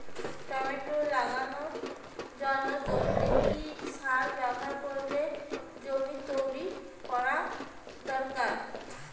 Tomato লাগানোর জন্য জমিতে কি সার ব্যবহার করে জমি তৈরি করা দরকার?